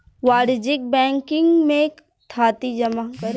वाणिज्यिक बैंकिंग में थाती जमा करेके भी आराम रहेला